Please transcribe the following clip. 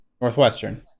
Northwestern